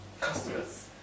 customers